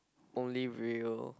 only real